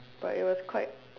but it was quite